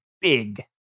big